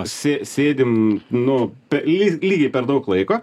sė sėdim nu pe lygiai per daug laiko